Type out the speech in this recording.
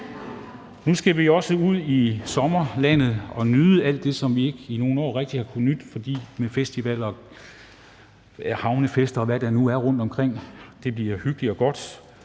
Nu skal vi også ud i sommerlandet og nyde alt det, som vi i nogle år ikke rigtig har kunnet nyde, i form af festivaler, havnefester, og hvad der nu er rundtomkring. Det bliver hyggeligt og godt,